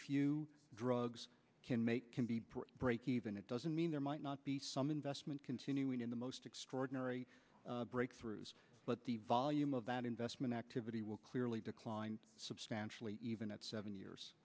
few drugs can make can be even it doesn't mean there might not be some investment continuing in the most extraordinary breakthroughs but the volume of that investment activity will clearly decline substantially even at seven years